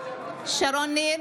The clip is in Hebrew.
(קוראת בשמות חברי הכנסת) שרון ניר,